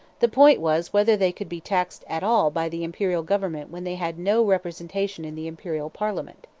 the point was whether they could be taxed at all by the imperial government when they had no representation in the imperial parliament.